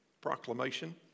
Proclamation